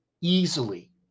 easily